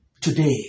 Today